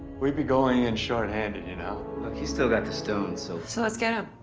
we'd be going in shorthanded. you know? look he's still got the stones. so so let's get um